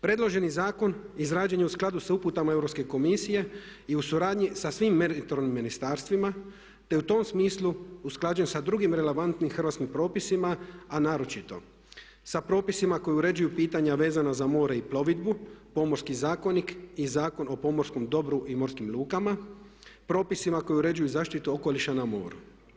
Predloženi zakon izrađen je u skladu sa uputama Europske komisije i u suradnji sa svim meritornim ministarstvima te je u tom smislu usklađen sa drugim relevantnim hrvatskim propisima a naročito sa propisima koji uređuju pitanja vezana za more i plovidbu, Pomorski zakonik i Zakon o pomorskom dobru i morskim lukama, propisima koji uređuju zaštitu okoliša na moru.